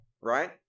right